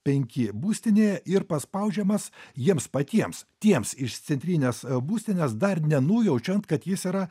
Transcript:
penki būstinėje ir paspaudžiamas jiems patiems tiems iš centrinės būstinės dar nenujaučiant kad jis yra